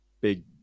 big